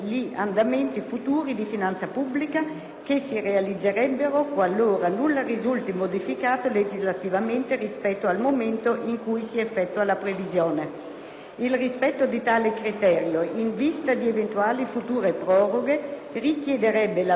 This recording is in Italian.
che si realizzerebbero qualora nulla risulti modificato legislativamente rispetto al momento in cui si effettua la previsione. Il rispetto di tale criterio, in vista di eventuali future proroghe, richiederebbe la previsione, nei bilanci degli enti citati,